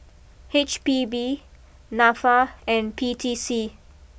H P B NAFA and P T C